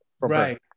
Right